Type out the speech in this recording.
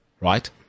Right